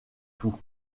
tout